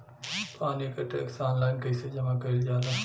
पानी क tax online कईसे जमा कईल जाला?